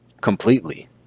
completely